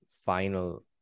final